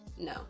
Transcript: no